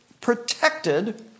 protected